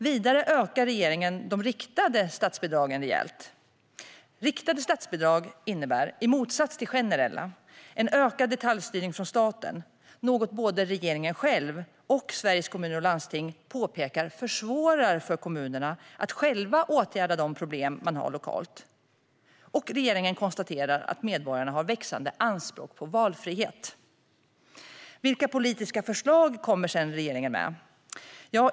Vidare ökar regeringen de riktade statsbidragen rejält. Riktade statsbidrag innebär, i motsats till generella statsbidrag, ökad detaljstyrning från staten. Det är något både regeringen själv och Sveriges Kommuner och Landsting påpekar försvårar för kommunerna att själva åtgärda de problem man har lokalt. Regeringen konstaterar också att medborgarna har växande anspråk på valfrihet. Vilka politiska förslag kommer regeringen med?